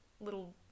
little